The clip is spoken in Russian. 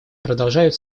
продолжают